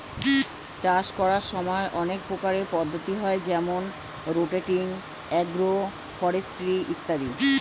চাষ করার সময় অনেক প্রকারের পদ্ধতি হয় যেমন রোটেটিং, এগ্রো ফরেস্ট্রি ইত্যাদি